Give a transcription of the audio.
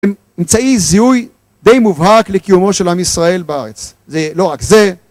אמצעי זיהוי די מובהק לקיומו של עם ישראל בארץ, ולא רק זה